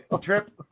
Trip